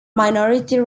minority